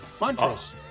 Montrose